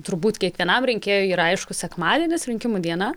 turbūt kiekvienam rinkėjui yra aišku sekmadienis rinkimų diena